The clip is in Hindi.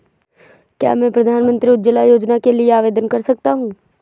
क्या मैं प्रधानमंत्री उज्ज्वला योजना के लिए आवेदन कर सकता हूँ?